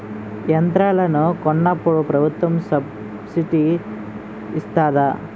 యంత్రాలను కొన్నప్పుడు ప్రభుత్వం సబ్ స్సిడీ ఇస్తాధా?